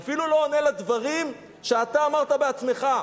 ואפילו לא עונה על הדברים שאתה אמרת בעצמך,